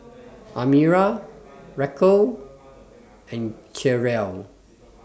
Amira Racquel and Cherelle